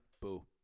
Boo